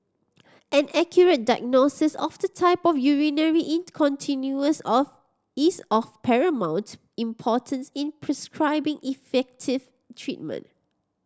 an accurate diagnosis of the type of urinary incontinence of is of paramount importance in prescribing effective treatment